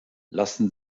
lassen